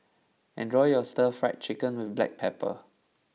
enjoy your Stir Fried Chicken with Black Pepper